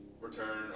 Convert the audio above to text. return